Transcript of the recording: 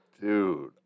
Dude